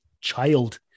child